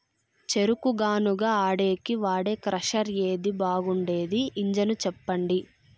చెరుకు గానుగ ఆడేకి వాడే క్రషర్ ఏది బాగుండేది ఇంజను చెప్పండి?